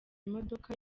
imodoka